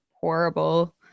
horrible